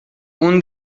اون